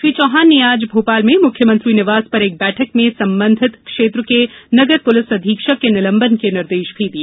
श्री चौहान ने आज भोपाल में मुख्यमंत्री निवास पर एक बैठक में संबंधित क्षेत्र के नगर पुलिस अधीक्षक के निलंबन के निर्देश भी दिए